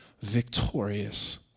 victorious